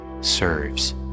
serves